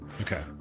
Okay